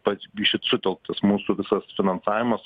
pats gi šit sutelktas mūsų visas finansavimas